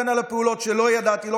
בין על פעולות שלא ידעתי.